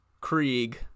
krieg